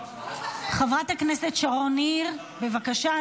חברת הכנסת שרון ניר, בבקשה.